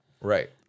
right